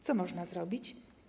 Co można zrobić?